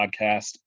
podcast